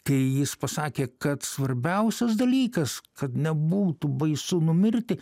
kai jis pasakė kad svarbiausias dalykas kad nebūtų baisu numirti